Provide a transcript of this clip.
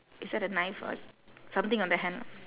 is that a knife or something on the hand